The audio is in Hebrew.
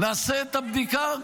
נעשה את הבדיקה?